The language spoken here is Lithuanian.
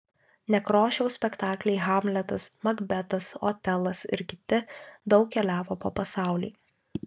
nekrošiaus spektakliai hamletas makbetas otelas ir kiti daug keliavo po pasaulį